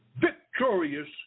victorious